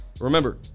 remember